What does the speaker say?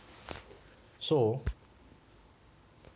so